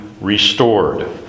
restored